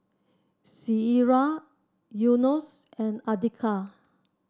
Syirah Yunos and Andika